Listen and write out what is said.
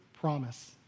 promise